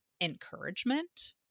Encouragement